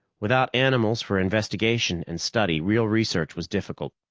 without animals for investigation and study, real research was difficult.